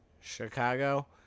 Chicago